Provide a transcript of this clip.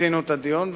מיצינו את הדיון,